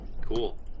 Cool